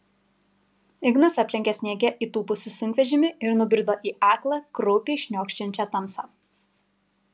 ignas aplenkė sniege įtūpusį sunkvežimį ir nubrido į aklą kraupiai šniokščiančią tamsą